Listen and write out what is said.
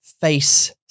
face